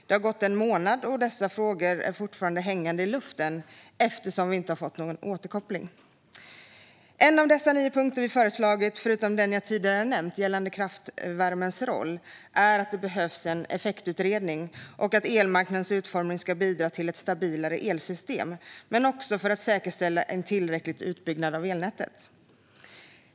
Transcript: Det har gått en månad, och dessa frågor är fortfarande hängande i luften eftersom vi inte har fått någon återkoppling. En av dessa nio punkter vi föreslagit, förutom den jag tidigare nämnt gällande kraftvärmens roll, är att det behövs en effektutredning för att elmarknadens utformning ska bidra till ett stabilare elsystem men också för att säkerställa en tillräcklig utbyggnad av elnätet.